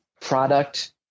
product